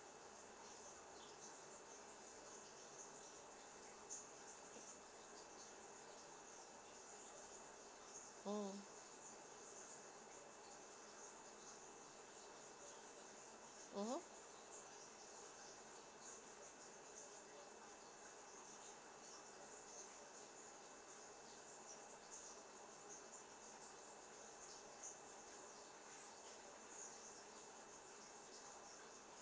mm mmhmm